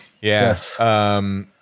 Yes